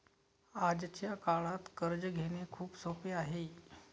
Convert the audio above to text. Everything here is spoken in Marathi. आजच्या काळात कर्ज घेणे खूप सोपे आहे